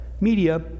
Media